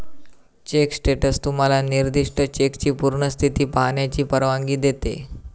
check status तुम्हाला निर्दिष्ट चेकची पूर्ण स्थिती पाहण्याची परवानगी देते